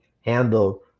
handle